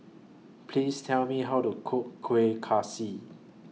Please Tell Me How to Cook Kueh Kaswi